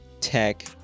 tech